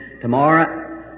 tomorrow